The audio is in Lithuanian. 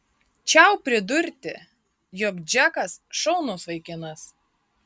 čiau pridurti jog džekas šaunus vaikinas